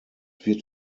wird